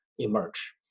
emerge